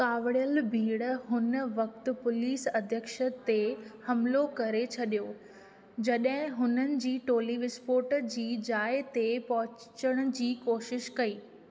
कावड़ियलु भीड़ हुन वक्त पुलीस अध्यक्ष ते हमलो करे छडि॒यो जॾहिं हुननि जी टोली विस्फोट जी जाए ते पहुचण जी कोशिश कई